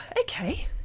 okay